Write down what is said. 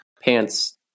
pants